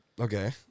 Okay